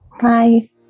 Bye